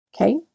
okay